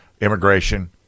immigration